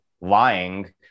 lying